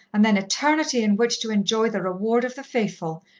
and then eternity in which to enjoy the reward of the faithful,